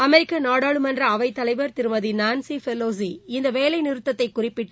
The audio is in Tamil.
அமெிக்க நாடாளுமன்ற அவைத்தலைவா் திருமதி நான்சி ஃபெலோசி இந்த வேலைநிறுத்ததை குறிப்பிட்டு